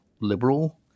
liberal